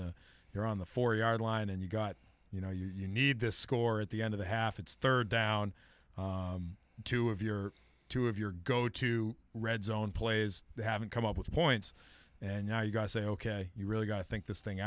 the you're on the four yard line and you've got you know you need this score at the end of the half it's third down two of your two of your go to red zone plays haven't come up with points and now you've got to say ok you really got to think this thing